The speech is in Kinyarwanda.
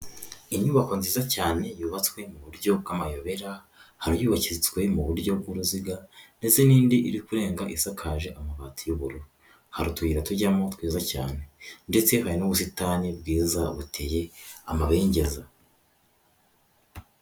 Inyubako nziza cyane yubatswe mu buryo bw'amayobera, hari iyubakitswe mu buryo bw'uruziga ndetse n'indi iri kurenga isakaje amabati y'ubururu. Hari utuyira tujyamo twiza cyane ndetse hari n'ubusitani bwiza buteye amabengeza.